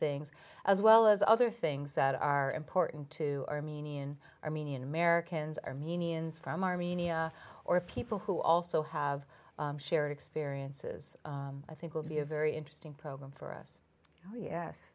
things as well as other things that are important to armenian armenian americans armenians from armenia or people who also have shared experiences i think will be a very interesting program for us oh yes